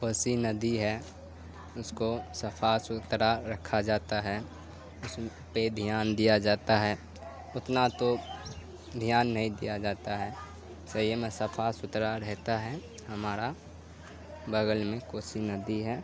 کوسی ندی ہے اس کو صاف ستھرا رکھا جاتا ہے اس پہ دھیان دیا جاتا ہے اتنا تو دھیان نہیں دیا جاتا ہے صحیح میں صاف ستھرا رہتا ہے ہمارا بگل میں کوسی ندی ہے